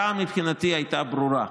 מבחינתי ההכרעה הייתה ברורה.